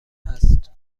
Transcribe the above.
هست